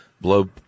blow